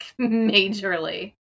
Majorly